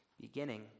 beginning